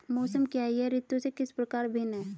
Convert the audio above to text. मौसम क्या है यह ऋतु से किस प्रकार भिन्न है?